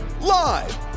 live